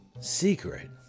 Secret